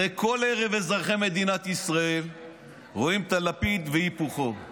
הרי כל ערב אזרחי מדינת ישראל רואים את הלפיד והיפוכו,